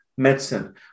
medicine